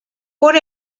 por